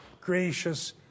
gracious